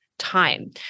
time